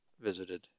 visited